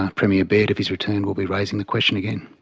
ah premier baird, if he's returned, will be raising the question again.